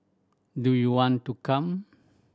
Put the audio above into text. do you want to come